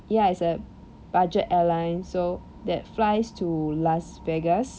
ya it's a budget airline so that flies to las vegas